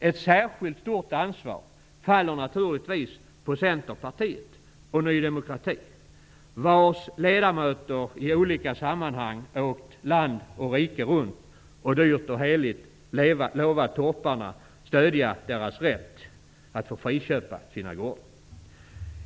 Ett särskilt stort ansvar faller naturigtvis på Centerpartiet och på Ny demokrati vars ledamöter i olika sammanhang åkt land och rike runt och dyrt och heligt lovat torparna att stödja deras rätt att få friköpa sina gårdar.